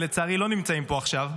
ולצערי לא נמצאים פה עכשיו,